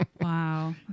Wow